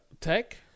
Tech